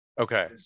Okay